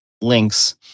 links